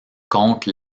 contre